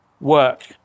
work